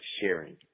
sharing